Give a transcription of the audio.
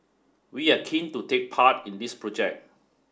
we are keen to take part in this project